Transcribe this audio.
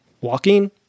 walking